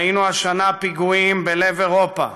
ראינו השנה פיגועים בלב אירופה,